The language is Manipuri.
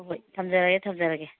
ꯍꯣꯏ ꯊꯝꯖꯔꯒꯦ ꯊꯝꯖꯔꯒꯦ